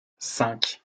cinq